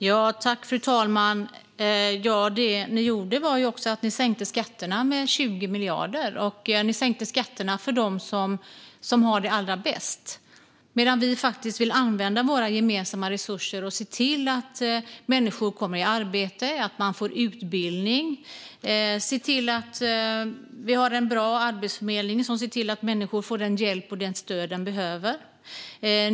Fru talman! Jan Ericson! Det ni gjorde var också att ni sänkte skatterna med 20 miljarder. Ni sänkte skatterna för dem som har det allra bäst, medan vi vill använda våra gemensamma resurser till att se till att människor kommer i arbete, att man får utbildning och att vi har en bra arbetsförmedling som ser till att människor får den hjälp och det stöd de behöver.